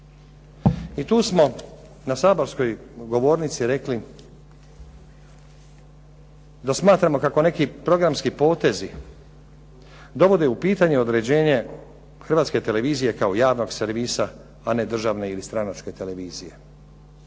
i tu smo na saborskoj govornici rekli da smatramo kako neki programski potezi dovode u pitanje određenje Hrvatske televizije kao javnog servisa, a ne državne ili stranačke televizije.